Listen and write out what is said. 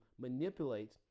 manipulate